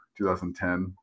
2010